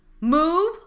move